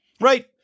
right